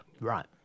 Right